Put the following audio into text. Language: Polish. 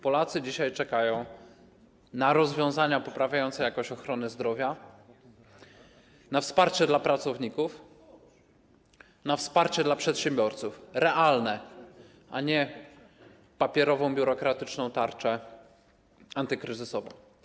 Polacy dzisiaj czekają na rozwiązania poprawiające jakość ochrony zdrowia, na wsparcie dla pracowników, na wsparcie dla przedsiębiorców, realne, a nie na papierową, biurokratyczną tarczę antykryzysową.